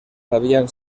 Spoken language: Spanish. habían